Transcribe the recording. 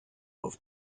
auf